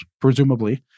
presumably